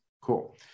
Cool